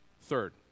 Third